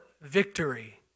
victory